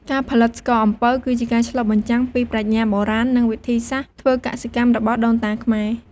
ការផលិតស្ករអំពៅ គឺជាការឆ្លុះបញ្ចាំងពីប្រាជ្ញាបុរាណ និងវិធីសាស្ត្រធ្វើកសិកម្មរបស់ដូនតាខ្មែរ។